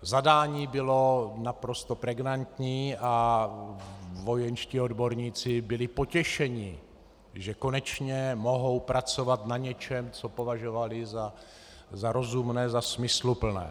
Zadání bylo naprosto pregnantní a vojenští odborníci byli potěšeni, že konečně mohou pracovat na něčem, co považovali za rozumné, za smysluplné.